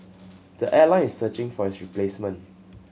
the airline is searching for his replacement